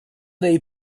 dei